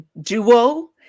duo